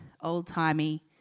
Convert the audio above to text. old-timey